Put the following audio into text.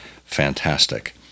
fantastic